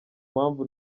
mpamvu